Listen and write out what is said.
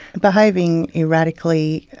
behaving erratically,